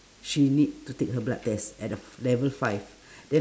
she need to take her blood test at a level five